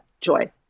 Joy